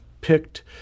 picked